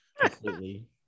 completely